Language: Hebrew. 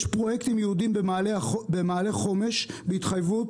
יש פרויקטים ייעודיים במעלה חומש בהתחייבות